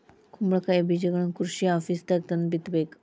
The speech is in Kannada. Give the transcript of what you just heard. ಕುಂಬಳಕಾಯಿ ಬೇಜಗಳನ್ನಾ ಕೃಷಿ ಆಪೇಸ್ದಾಗ ತಂದ ಬಿತ್ತಬೇಕ